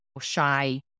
shy